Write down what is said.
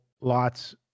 lots